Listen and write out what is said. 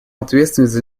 ответственность